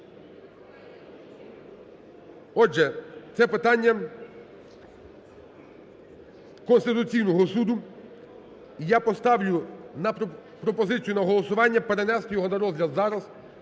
Отже, це питання Конституційного Суду. Я поставлю пропозицію на голосування перенести його на розгляд зараз,